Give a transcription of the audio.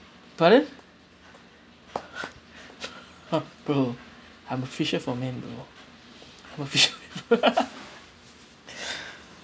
pardon !huh! bro I'm a fisher for man bro I'm a fisher